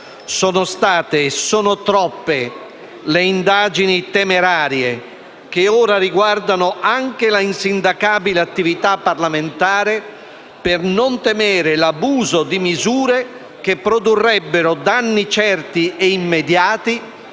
Sono state e sono troppe le indagini temerarie, che ora riguardano anche l'insindacabile attività parlamentare, per non temere l'abuso di misure che produrrebbero danni certi e immediati